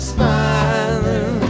Smiling